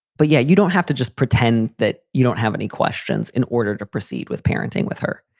but yeah, you don't have to just pretend that you don't have any questions in order to proceed with parenting with her.